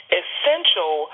essential